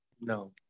No